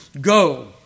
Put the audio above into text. Go